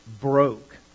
broke